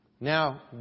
Now